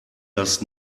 das